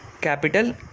Capital